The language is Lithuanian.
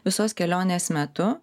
visos kelionės metu